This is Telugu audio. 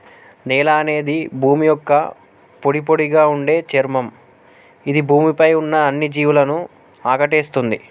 నేల అనేది భూమి యొక్క పొడిపొడిగా ఉండే చర్మం ఇది భూమి పై ఉన్న అన్ని జీవులను ఆకటేస్తుంది